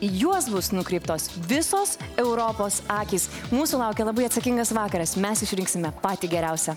į juos bus nukreiptos visos europos akys mūsų laukia labai atsakingas vakaras mes išrinksime patį geriausią